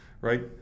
right